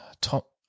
Top